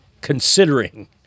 considering